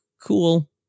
Cool